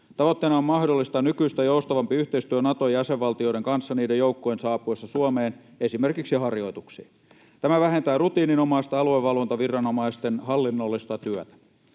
Tavoitteena on mahdollistaa nykyistä joustavampi yhteistyö Naton jäsenvaltioiden kanssa niiden joukkojen saapuessa Suomeen esimerkiksi harjoituksiin. Tämä vähentää rutiininomaista aluevalvontaviranomaisten hallinnollista työtä.